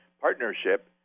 partnership